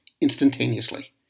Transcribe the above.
instantaneously